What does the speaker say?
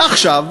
ועכשיו,